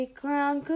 crown